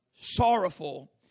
sorrowful